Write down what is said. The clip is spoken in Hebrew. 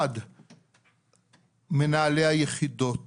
ד"ר גלעד חן הוא מנהל הרפואה הדחופה של ילדים,